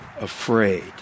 afraid